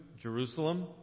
Jerusalem